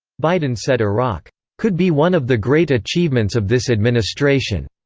biden said iraq could be one of the great achievements of this administration.